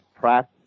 Pratt